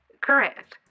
Correct